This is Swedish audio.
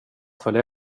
följa